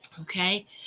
okay